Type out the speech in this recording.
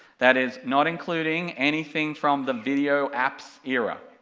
that is not including anything from the video apps era,